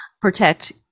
protect